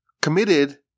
committed